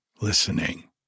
listening